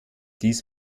dies